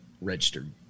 registered